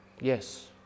Yes